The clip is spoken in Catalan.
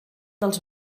dels